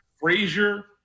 Frazier